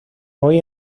hoy